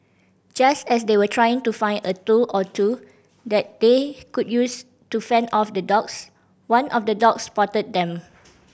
just as they were trying to find a tool or two that they could use to fend off the dogs one of the dogs spotted them